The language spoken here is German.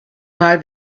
mal